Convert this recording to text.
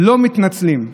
"לא מתנצלים".